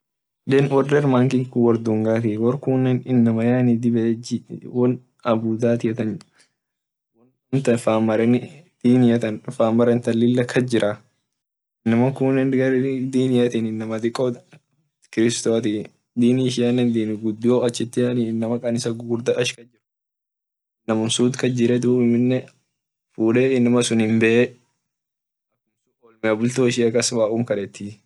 Wor denmark wor dungatii wor kuunen inama dibede won abudati won tan fan mareni diin lila kasjira inamakun inama diqo kirsto atii fudee inamsuni bee dado dun waqum kadetii.